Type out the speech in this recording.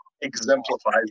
exemplifies